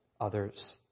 others